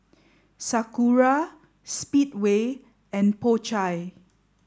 Sakura Speedway and Po Chai